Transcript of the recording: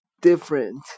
different